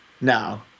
No